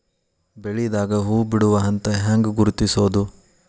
ಬೆಳಿದಾಗ ಹೂ ಬಿಡುವ ಹಂತ ಹ್ಯಾಂಗ್ ಗುರುತಿಸೋದು?